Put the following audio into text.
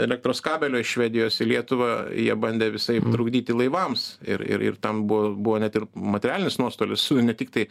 elektros kabelio iš švedijos į lietuvą jie bandė visaip trukdyti laivams ir ir tam buvo buvo net ir materialinis nuostolis ne tiktai